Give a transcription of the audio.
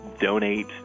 donate